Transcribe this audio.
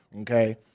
okay